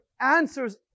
answers